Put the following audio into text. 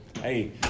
Hey